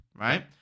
right